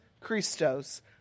Christos